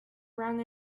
round